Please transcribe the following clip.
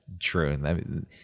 true